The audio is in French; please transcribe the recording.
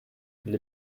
les